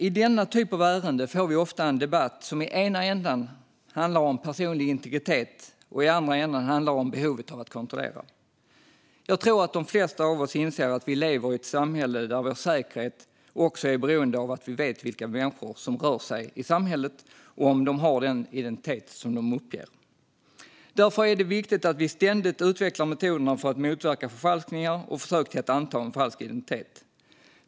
I denna typ av ärende får vi ofta en debatt som i ena ändan handlar om personlig integritet och i andra ändan handlar om behovet av att kontrollera. Jag tror att de flesta av oss inser att vi lever i ett samhälle där vår säkerhet är beroende av att vi vet vilka människor som rör sig i samhället och om de har den identitet som de uppger. Därför är det viktigt att vi ständigt utvecklar metoderna för att motverka förfalskningar och försök att anta en falsk identitet.